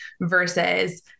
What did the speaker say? versus